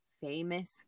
famous